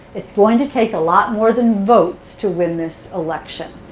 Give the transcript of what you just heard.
it's going to take a lot more than votes to win this election.